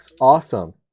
awesome